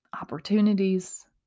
opportunities